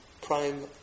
prime